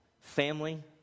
family